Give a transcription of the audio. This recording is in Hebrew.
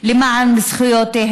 מאבק של נשים למען זכויותיהן.